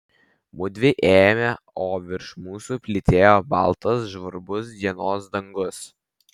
mudvi ėjome o virš mūsų plytėjo baltas žvarbus dienos dangus